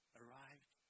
arrived